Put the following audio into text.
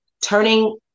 turning